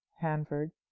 Hanford